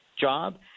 job